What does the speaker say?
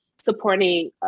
supporting